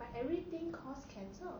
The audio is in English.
and everything cause cancer